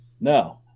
No